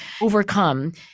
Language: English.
overcome